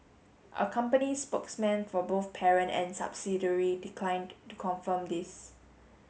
a company spokesman for both parent and subsidiary declined to confirm this